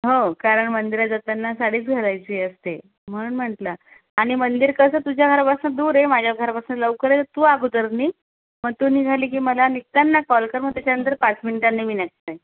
हो कारण मंदिरात जाताना साडीच घालायची असते म्हणून म्हटलं आणि मंदिर कसं तुझ्या घरापासून दूर आहे माझा घरापासून लवकर आहे तर तू अगोदर निघ मग तू निघाली की मला निघताना कॉल कर मग त्याच्यानंतर पाच मिनिटांनी मी निघते